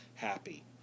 happy